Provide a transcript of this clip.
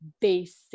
basic